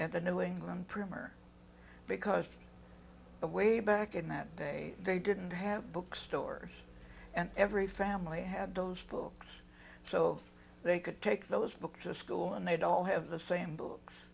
and the new england printer because the way back in that day they didn't have bookstores and every family had those books so they could take those books to school and they'd all have the same books